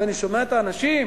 ואני שומע את האנשים,